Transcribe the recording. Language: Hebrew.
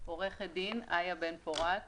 מס' 74) (הוראות לעניין פריסת רשת מתקדמת),